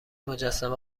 مجسمه